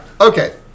Okay